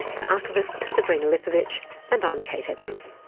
the archivist, sabrina lipovic and i'm kate evans.